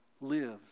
lives